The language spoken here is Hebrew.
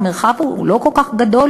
המרחק הוא לא כל כך גדול,